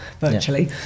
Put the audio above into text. virtually